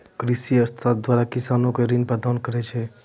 कृषि अर्थशास्त्र द्वारा किसानो के ऋण प्रबंध करै छै